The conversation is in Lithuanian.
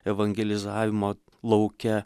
evangelizavimo lauke